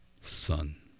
Son